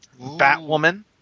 Batwoman